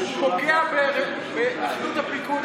פוגע באחדות הפיקוד,